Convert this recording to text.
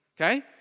okay